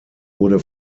wurde